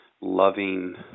loving